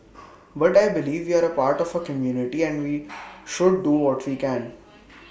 but I believe we are A part of A community and we should do what we can